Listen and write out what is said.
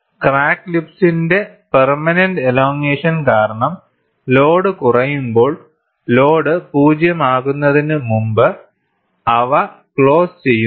crack ലിപ്സിന്റെ permanent elongation കാരണം load കുറയുമ്പോൾ ലോഡ് 0 ആകുന്നതിന് മുമ്പ് അവ ക്ലോസ് ചെയ്യുന്നു